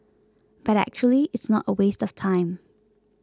but actually it's not a waste of time